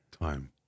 Time